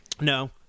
No